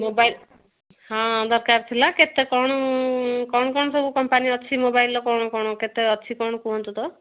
mobile ହଁ ଦରକାର ଥିଲା କେତେ କ'ଣ କ'ଣ କ'ଣ ସବୁ କମ୍ପାନୀ ଅଛି ମୋବାଇଲ୍ର କ'ଣ କ'ଣ କେତେ ଅଛି କ'ଣ କୁହନ୍ତୁ ତ